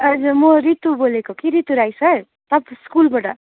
हजुर म रितू बोलेको कि रितू राई सर तपाईको स्कुलबाट